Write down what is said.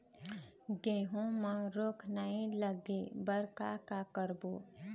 गेहूं म रोग नई लागे बर का का करबो?